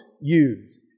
use